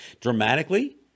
dramatically